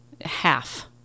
half